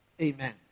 Amen